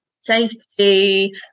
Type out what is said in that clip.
safety